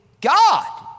God